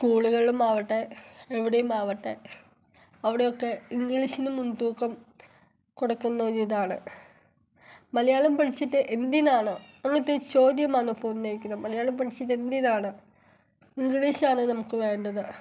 സ്കൂളുകളിലുമാവട്ടെ എവിടെയുമാവട്ടെ അവിടെയൊക്കെ ഇംഗ്ലീഷിന് മുൻതൂക്കം കൊടുക്കുന്നൊരിതാണ് മലയാളം പഠിച്ചിട്ട് എന്തിനാണോ നമ്മളുടെ അടുത്ത് ഈ ചോദ്യം വന്നപ്പോൾ മലയാളം പഠിച്ചിട്ടെന്തിനാണ് ഇംഗ്ലീഷാണ് നമുക്ക് വേണ്ടത്